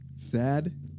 Thad